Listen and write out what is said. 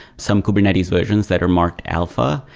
some kubernetes versions that are marked alpha,